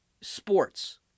sports